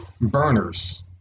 burners